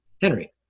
Henry